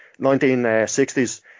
1960s